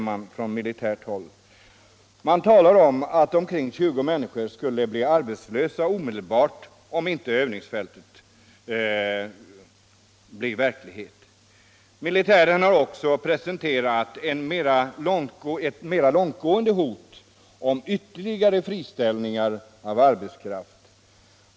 Man talar om att omkring 20 människor skulle bli arbetslösa omedelbart om inte övningsfältet kommer till stånd. Militären har också presenterat ett mer långtgående hot om ytterligare friställning av arbetskraft.